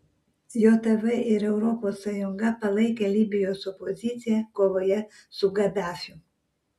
jav ir europos sąjunga palaikė libijos opoziciją kovoje su gadafiu